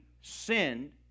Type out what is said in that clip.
sinned